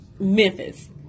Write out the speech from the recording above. Memphis